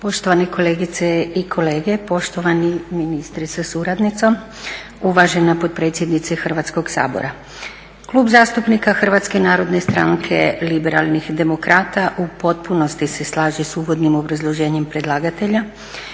Poštovani kolegice i kolege, poštovani ministre sa suradnicom, uvažena potpredsjednice Hrvatskog sabora. Klub zastupnika Hrvatske narodne stranke – Liberalnih demokrata u potpunosti se slaže sa uvodnim obrazloženjem predlagatelja